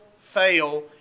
fail